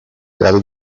grado